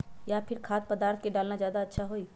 या फिर खाद्य पदार्थ डालना ज्यादा अच्छा होई?